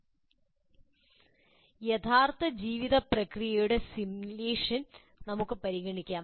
ചില യഥാർത്ഥ ജീവിത പ്രക്രിയകളുടെ സിമുലേഷൻ നമുക്ക് പരിഗണിക്കാം